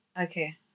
Okay